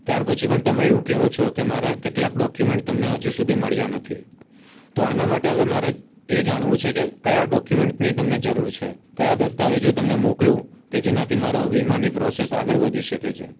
ત્યાર પછી પણ તમે એવું કયો છો કે મારા કેટલાક ડોક્યુમેન્ટ તમને હજુ સુધી મળ્યા નથી તો આના માટે હવે મારે એ જાણવું છે કે કયા ડોક્યુમેન્ટની તમને જરૂર છે કયા દસ્તાવેજો તમને મોકલું કે જેનાથી મારો વીમાની પ્રોસેસ આગળ વધી શકે છે